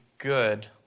Good